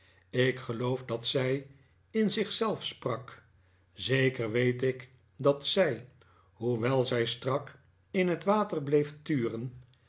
ik geloof dat zij in zich zelf sprak zeker weet ik dat zij hoewel zij strak in het water bleef turen